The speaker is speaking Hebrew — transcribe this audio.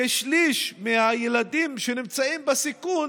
כשליש מהילדים שנמצאים בסיכון